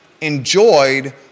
Enjoyed